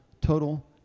Total